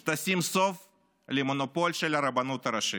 שתשים סוף למונופול של הרבנות הראשית.